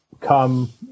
come